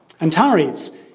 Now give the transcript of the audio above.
Antares